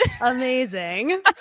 Amazing